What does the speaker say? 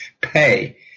pay